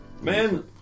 Man